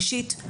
ראשית,